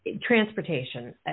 transportation